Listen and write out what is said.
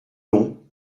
long